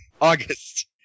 August